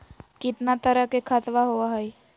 कितना तरह के खातवा होव हई?